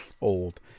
old